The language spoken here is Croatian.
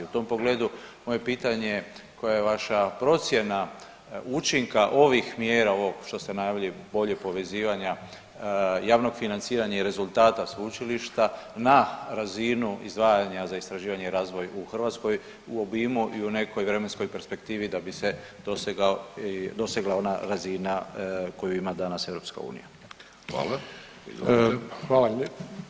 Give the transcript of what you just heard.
U tom pogledu moje pitanje, koja je vaša procjena učinka ovih mjera ovo što ste naveli boljeg povezivanja javnog financiranja i rezultata sveučilišta na razinu izdvajanja za istraživanja i razvoj u Hrvatskoj u obimu i u nekoj vremenskoj perspektivi da bi se dosegla ona razina koju ima danas EU?